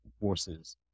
forces